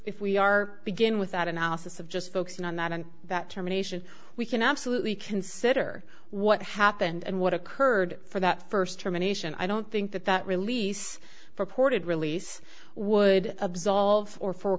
if we are begin with that analysis of just focusing on that and that terminations we can absolutely consider what happened and what occurred for that first terminations i don't think that that release for ported release would absolve or for